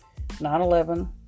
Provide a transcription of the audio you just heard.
9-11